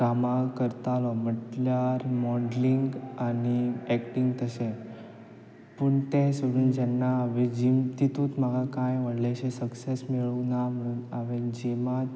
कामां करतालो म्हटल्यार मॉडलींग आनी एक्टींग तशें पूण तें सोडून जेन्ना हांवें जीम तितूंत म्हाका कांय व्हडलेशें सक्सॅस मेळूंक ना म्हुणून हांवेन जिमात